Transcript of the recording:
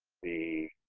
the